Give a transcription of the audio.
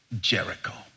Jericho